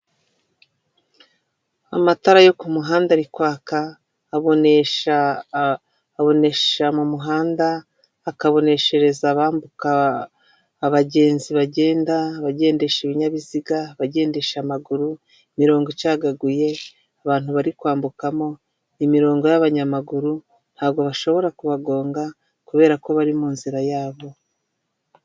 Amatara yo ku muhanda ari kwaka abonesha mu muhanda, akaboneshereza abambuka, abagenzi bagenda, abagendesha ibinyabiziga, abagendesha amaguru, imirongo icagaguye, abantu bari kwambukamo, imirongo y'abanyamaguru ntabwo bashobora kubagonga kubera ko bari mu nzira yabo.